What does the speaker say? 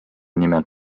nimel